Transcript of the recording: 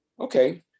okay